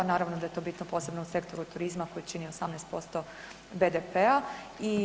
Naravno da je to bitno posebno u Sektoru turizma koji čini 18% BDP-a.